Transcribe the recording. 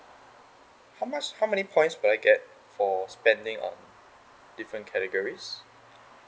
how much how many points will I get for spending on different categories